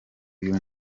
uyu